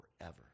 forever